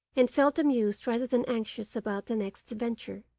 and felt amused rather than anxious about the next adventure.